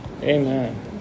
Amen